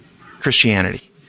Christianity